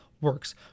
works